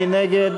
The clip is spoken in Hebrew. מי נגד?